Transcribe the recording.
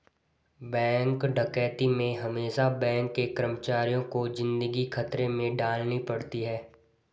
bank डकैती में हमेसा बैंक के कर्मचारियों को जिंदगी खतरे में डालनी पड़ती है